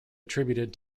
attributed